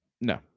No